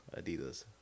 Adidas